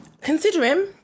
Considering